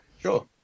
Sure